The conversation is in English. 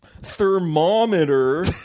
thermometer